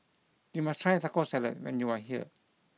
you must try Taco Salad when you are here